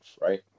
right